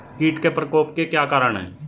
कीट के प्रकोप के क्या कारण हैं?